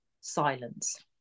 silence